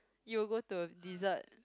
you will go to a dessert